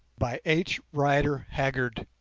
by h. rider haggard